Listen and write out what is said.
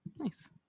nice